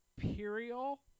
Imperial